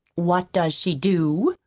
what does she do?